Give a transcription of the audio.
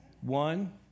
One